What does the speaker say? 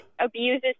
abuses